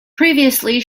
previously